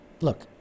Look